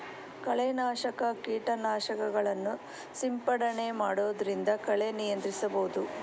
ಕಳೆ ನಾಶಕ ಕೀಟನಾಶಕಗಳನ್ನು ಸಿಂಪಡಣೆ ಮಾಡೊದ್ರಿಂದ ಕಳೆ ನಿಯಂತ್ರಿಸಬಹುದು